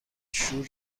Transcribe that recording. شور